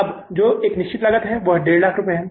अब जो एक निश्चित लागत है वही 150000 है